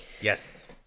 Yes